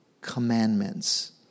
commandments